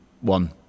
one